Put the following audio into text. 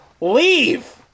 Leave